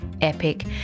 epic